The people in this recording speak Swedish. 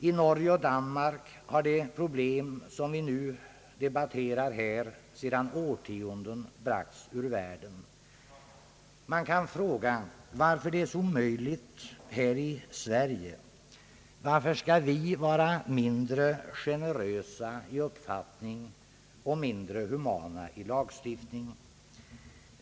I Norge och Danmark har det problem vi nu debatterar sedan årtionden bragts ur världen. Vi kan fråga varför det är så omöjligt att lösa problemet här i Sverige och varför vi skall vara mindre generösa i uppfattning och mindre humana i lagstiftning.